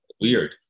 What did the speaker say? Weird